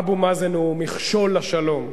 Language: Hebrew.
אבו מאזן הוא מכשול לשלום.